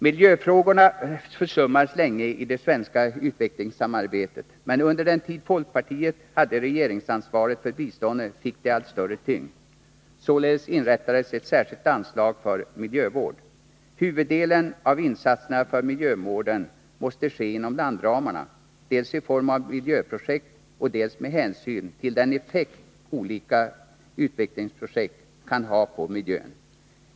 Miljöfrågorna försummades länge i det svenska utvecklingssamarbetet, men under den tid folkpartiet hade regeringsansvaret för biståndet fick de allt större tyngd. Således inrättades ett särskilt anslag för miljövård. Huvuddelen av insatserna för miljövården måste ske inom landramarna, i form av miljöprojekt, och med hänsyn till den effekt olika utvecklingsprojekt kan ha på miljön.